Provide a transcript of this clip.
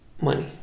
money